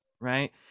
right